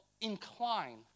incline